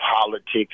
politics